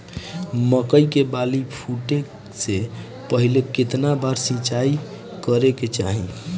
मकई के बाली फूटे से पहिले केतना बार सिंचाई करे के चाही?